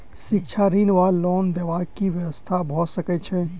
शिक्षा ऋण वा लोन देबाक की व्यवस्था भऽ सकै छै?